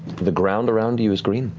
the ground around you is green,